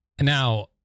now